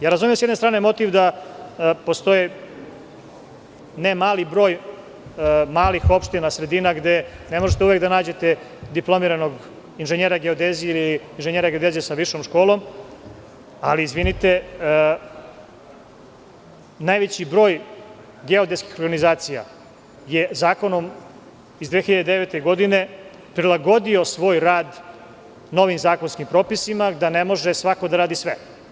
Razumem s jedne strane motiv da postoji ne mali broj malih opština, sredina gde ne možete uvek da nađete dipl. inženjera geodezije ili inženjera geodezije sa višom školom, ali najveći broj geodetskih organizacija je zakonom iz 2009. godine prilagodio svoj rad novijim zakonskim propisima, da ne može svako da radi sve.